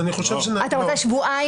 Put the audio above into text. אתה רוצה שבועיים?